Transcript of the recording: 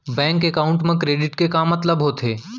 Bank account मा credit के का मतलब होथे?